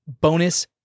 bonus